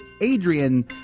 Adrian